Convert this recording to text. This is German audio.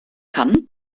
kann